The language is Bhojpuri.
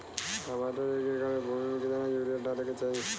टमाटर के एक एकड़ भूमि मे कितना यूरिया डाले के चाही?